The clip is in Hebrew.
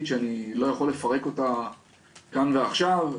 שאני לא יכול לפרק אותה כאן ועכשיו.